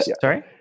Sorry